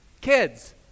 Kids